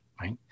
right